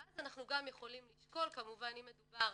ואז אנחנו גם יכולים לשקול כמובן אם מדובר